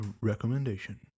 recommendation